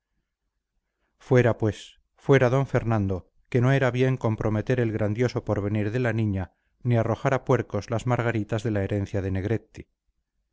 fuera pues fuera d fernando que no era bien comprometer el grandioso porvenir de la niña ni arrojar a puercos las margaritas de la herencia de negretti